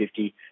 50